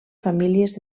famílies